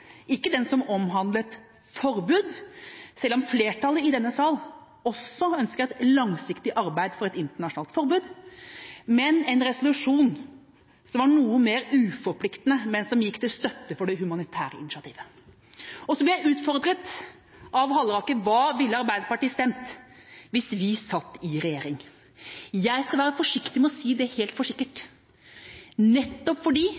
ikke den som omhandlet forbud, selv om flertallet i denne salen også ønsker et langsiktig arbeid for et internasjonalt forbud, men en resolusjon som var noe mer uforpliktende, men som gikk til støtte for det humanitære initiativet. Jeg ble utfordret av Halleraker. Hva ville Arbeiderpartiet stemt hvis vi satt i regjering? Jeg skal være forsiktig med å si det helt sikkert, nettopp fordi regjeringen til enhver tid sitter med full kunnskap om hva de